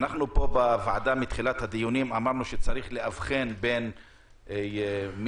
פה בוועדה אמרנו שצריך להבחין בין מי